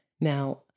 now